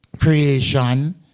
creation